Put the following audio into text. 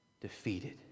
Defeated